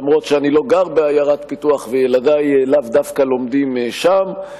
אף-על-פי שאני לא גר בעיירת פיתוח וילדי לאו דווקא לומדים שם,